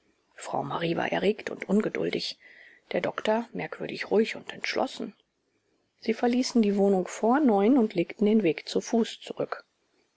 frau marie war erregt und ungeduldig der doktor merkwürdig ruhig und entschlossen sie verließen die wohnung vor neun und legten den weg zu fuß zurück